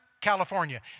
California